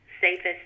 safest